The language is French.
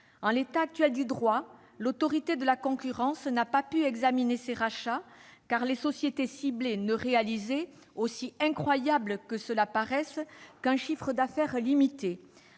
En l'état actuel du droit, l'Autorité de la concurrence n'a pas pu examiner ces rachats, car les sociétés ciblées ne réalisaient, aussi incroyable que cela paraisse, qu'un chiffre d'affaires limité,